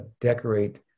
decorate